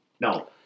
no